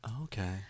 Okay